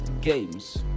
games